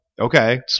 Okay